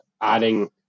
adding